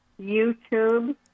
YouTube